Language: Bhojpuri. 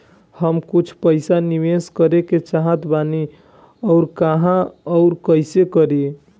हम कुछ पइसा निवेश करे के चाहत बानी और कहाँअउर कइसे करी?